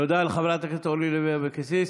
תודה לחברת הכנסת אורלי לוי אבקסיס.